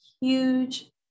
huge